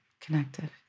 connected